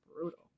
brutal